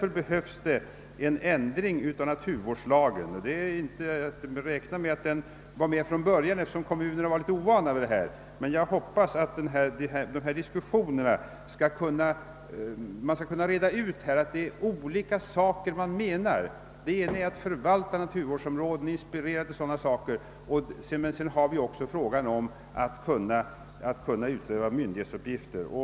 Det behövs alltså en ändring av naturvårdslagen. En sådan möjlighet kunde kanske inte vara med från början, eftersom kommunerna var ovana vid dessa uppgifter. Jag hoppas att man efter dessa diskussioner skall kunna reda ut att man menar olika saker. Å ena sidan är det fråga om att förvalta naturvårdsområden, å andra sidan har vi utövandet av myndighetsuppgifter.